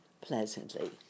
pleasantly